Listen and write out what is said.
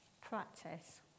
practice